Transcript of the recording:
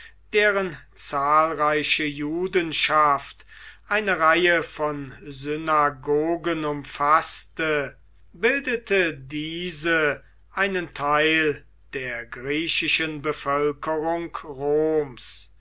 deren zahlreiche judenschaft eine reihe von synagogen umfaßte bildete diese einen teil der griechischen bevölkerung roms